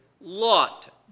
Lot